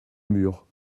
mur